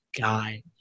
guy